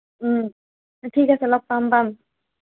ঠিক আছে লগ পাম পাম